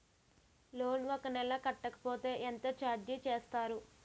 Loan ఒక నెల కట్టకపోతే ఎంత ఛార్జ్ చేస్తారు?